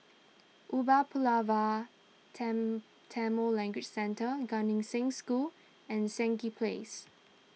Umar Pulavar ten Tamil Language Centre Gan Eng Seng School and Stangee Place